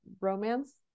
romance